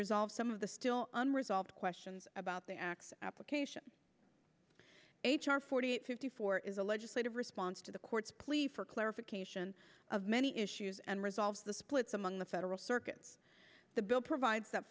resolve some of the still unresolved questions about the access application h r forty eight fifty four is a legislative response to the court's plea for clarification of many issues and resolves the splits among the federal circuits the bill provides that